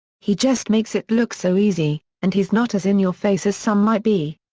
he just makes it look so easy, and he's not as in-your-face as some might be.